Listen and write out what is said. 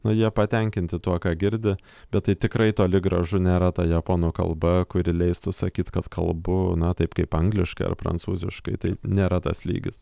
na jie patenkinti tuo ką girdi bet tai tikrai toli gražu nėra ta japonų kalba kuri leistų sakyt kad kalbu na taip kaip angliškai ar prancūziškai tai nėra tas lygis